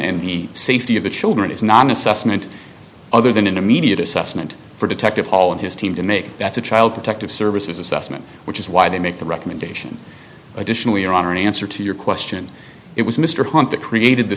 and the safety of the children is not an assessment other than an immediate assessment for detective hall and his team to make that's a child protective services assessment which is why they make the recommendation additionally your honor in answer to your question it was mr hunt that created the